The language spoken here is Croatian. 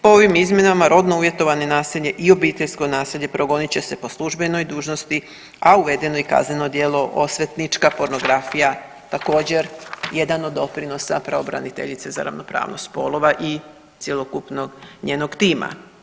Po ovim izmjenama rodno uvjetovano nasilje i obiteljsko nasilje progonit će se po službenoj dužnosti, a uvedeno je i kazneno djelo osvetnička pornografija također jedan od doprinosa pravobraniteljice za ravnopravnost spolova i cjelokupnog njenog tima.